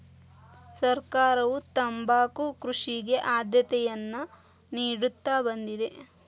ಸರ್ಕಾರವು ತಂಬಾಕು ಕೃಷಿಗೆ ಆದ್ಯತೆಯನ್ನಾ ನಿಡುತ್ತಾ ಬಂದಿದೆ